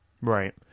Right